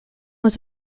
was